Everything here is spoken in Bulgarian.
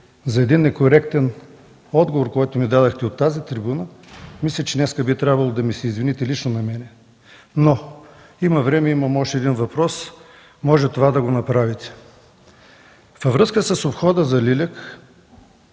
за един некоректен отговор, който ми дадохте от тази трибуна, мисля, че днес би трябвало да ми се извините лично на мен. Но има време, имам още един въпрос. Можете да направите това. Във връзка с обхода за с. Лиляк.